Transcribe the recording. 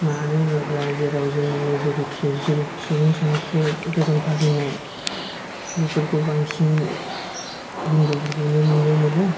मानो होनोब्ला जेराव जोंनि मेजरिथि सुबुं सानखो धोरोम फालिनाय बेफोरखौ बांसिन हिन्दुफोरखौनो नुनो मोनो